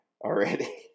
already